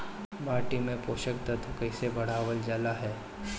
माटी में पोषक तत्व कईसे बढ़ावल जाला ह?